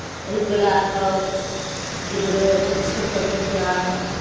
ᱟᱹᱭᱩᱵ ᱵᱮᱞᱟ ᱟᱨᱦᱚᱸ ᱜᱤᱫᱽᱨᱟᱹ ᱴᱷᱤᱠ ᱤᱥᱠᱩᱞ ᱠᱷᱚᱱ ᱠᱚ ᱦᱤᱡᱩᱜᱼᱟ